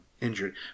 injured